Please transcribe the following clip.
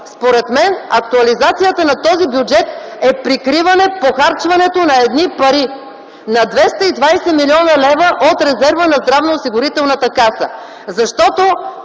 Според мен актуализацията на този бюджет е прикриване похарчването на едни пари – на 220 млн. лв. от резерва на Здравноосигурителната каса.